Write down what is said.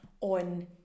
on